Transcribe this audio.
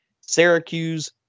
Syracuse